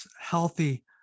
healthy